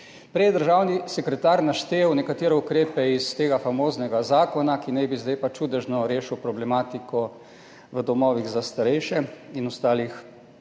je državni sekretar naštel nekatere ukrepe iz tega famoznega zakona, ki naj bi zdaj čudežno rešil problematiko v domovih za starejše in ostalih